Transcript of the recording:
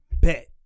Bet